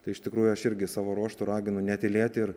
tai iš tikrųjų aš irgi savo ruožtu raginu netylėti ir